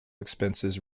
expenses